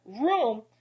room